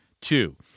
two